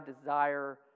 desire